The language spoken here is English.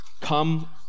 come